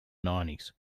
nineties